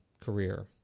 career